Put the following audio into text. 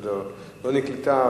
לא נקלטה,